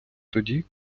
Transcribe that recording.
тоді